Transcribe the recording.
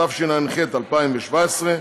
התשע"ח 2017,